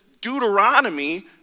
Deuteronomy